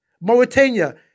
Mauritania